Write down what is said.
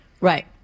Right